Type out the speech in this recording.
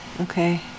okay